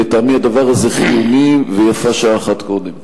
לטעמי, הדבר הזה חיוני, ויפה שעה אחת קודם.